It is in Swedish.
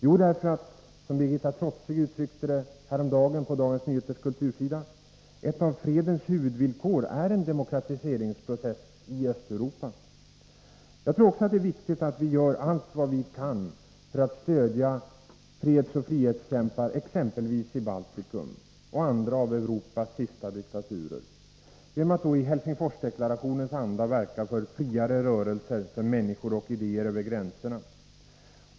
Jo, därför att, som Birgitta Trotzig uttryckte det häromdagen på Dagens Nyheters kultursida, ”ett av fredens huvudvillkor är en demokratiseringsprocess i Östeuropa”. Jag tror också att det är viktigt att vi gör allt vi kan för att stödja fredsoch frihetskämpar i Europas sista diktaturer, exempelvis Baltikum, genom att i Helsingforsdeklarationens anda verka för ”friare rörelser för människor och idéer över gränserna”.